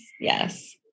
Yes